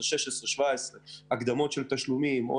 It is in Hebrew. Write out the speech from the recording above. הקדמות תשלומים או